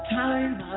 time